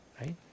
Right